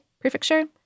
Prefecture